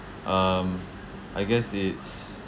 um I guess it's